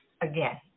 again